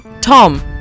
Tom